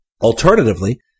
Alternatively